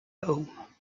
home